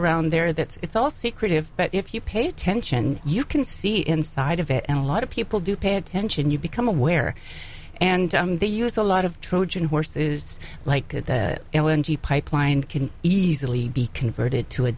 around there that it's all secretive but if you pay attention you can see inside of it and a lot of people do pay attention you become aware and they use a lot of trojan horses like pipeline can easily be converted to a